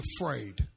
afraid